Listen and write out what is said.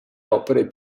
opere